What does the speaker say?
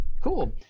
Cool